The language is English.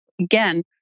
again